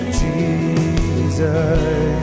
jesus